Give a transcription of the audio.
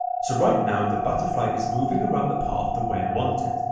so right now, the butterfly is moving around the path the way i want it.